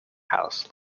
house